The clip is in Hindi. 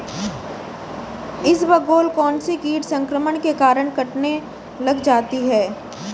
इसबगोल कौनसे कीट संक्रमण के कारण कटने लग जाती है?